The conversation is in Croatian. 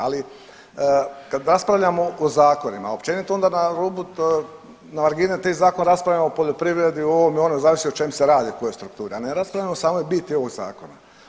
Ali kad raspravljamo o zakonima, općenito onda na rubu na margini tih zakona raspravljamo o poljoprivredi o ovome, onome, zavisi o čemu se radi koje strukture, a ne raspravljamo o samoj biti ovog zakona.